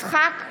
יצחק פינדרוס,